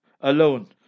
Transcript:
alone